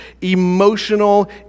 emotional